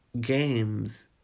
games